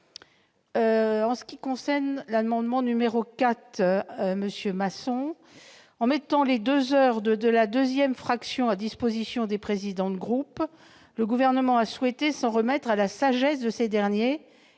Concernant l'amendement n° 4, en mettant les deux heures de la deuxième fraction à disposition des présidents de groupe, le Gouvernement a souhaité s'en remettre à la sagesse de ces derniers